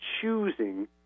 choosing